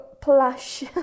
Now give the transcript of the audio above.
plush